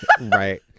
right